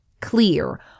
clear